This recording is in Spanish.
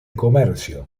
comercio